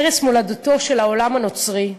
ערש מולדתו של העולם הנוצרי,